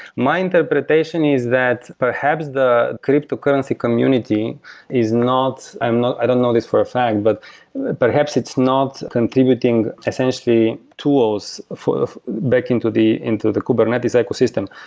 my interpretation is that perhaps the cryptocurrency community is not um not i don't know this for a fact, but perhaps it's not contributing essentially tools back into the into the kubernetes ecosystem.